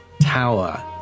tower